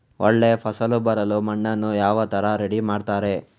ಒಳ್ಳೆ ಫಸಲು ಬರಲು ಮಣ್ಣನ್ನು ಯಾವ ತರ ರೆಡಿ ಮಾಡ್ತಾರೆ?